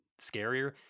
scarier